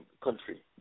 country